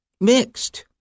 mixed